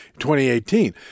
2018